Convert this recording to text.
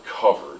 covered